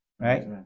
Right